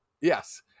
yes